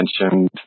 mentioned